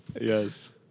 Yes